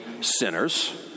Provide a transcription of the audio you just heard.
sinners